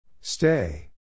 Stay